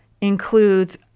includes